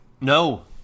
no